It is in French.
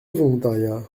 volontariat